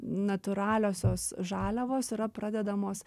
natūraliosios žaliavos yra pradedamos